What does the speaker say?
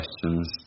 questions